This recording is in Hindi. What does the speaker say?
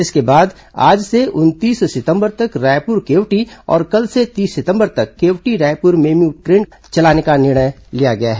इसके बाद आज से उनतीस सितंबर तक रायपुर केवटी और कल से तीस सितंबर तक केवटी रायपुर मेमू ट्रेन को चलाने का निर्णय लिया गया है